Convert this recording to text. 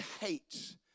hates